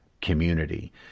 community